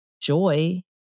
joy